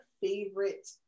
favorite